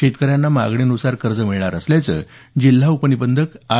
शेतकऱ्यांना मागणीनुसार कर्ज मिळणार असल्याचं जिल्हा उपनिबंधक आर